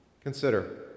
Consider